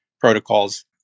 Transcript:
protocols